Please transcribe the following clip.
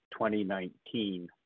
2019